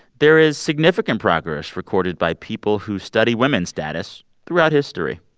there is significant progress recorded by people who study women status throughout history.